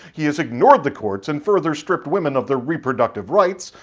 he has ignored the courts and further stripped women of their reproductive rights.